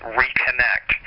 reconnect